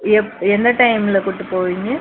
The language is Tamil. எப் எந்த டைமில் கூட்டு போவீங்க